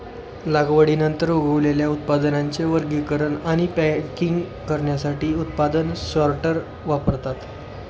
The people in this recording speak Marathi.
लागवडीनंतर उगवलेल्या उत्पादनांचे वर्गीकरण आणि पॅकिंग करण्यासाठी उत्पादन सॉर्टर वापरतात